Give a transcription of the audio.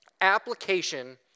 Application